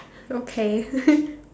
okay